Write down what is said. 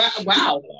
Wow